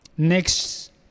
next